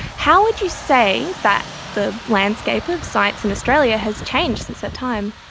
how would you say that the landscape of science in australia has changed since that time?